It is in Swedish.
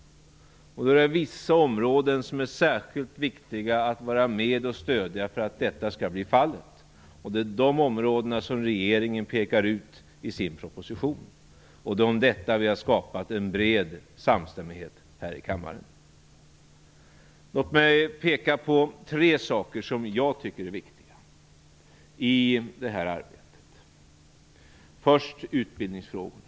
Vissa områden är särskilt viktiga att stödja för att detta skall bli fallet. Det är dessa områden som regeringen pekar ut i sin proposition. Det är om detta vi har skapat en bred samstämmighet här i kammaren. Låt mig peka på något som jag tycker är viktigt i det här arbetet, nämligen utbildningsfrågorna.